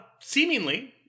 seemingly